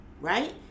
right